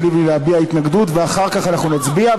לבני להביע התנגדות ואחר כך אנחנו נצביע.